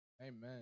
Amen